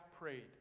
prayed